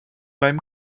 beim